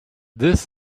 this